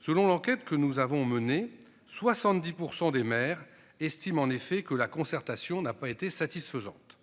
Selon l'enquête que nous avons menée 70% des mères estiment en effet que la concertation n'a pas été satisfaisantes.